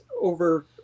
over